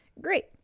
Great